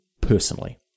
personally